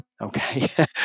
okay